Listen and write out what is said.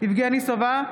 יבגני סובה,